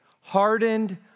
hardened